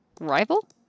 rival